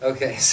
Okay